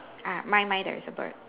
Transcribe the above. ah mine mine there is a bird